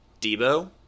Debo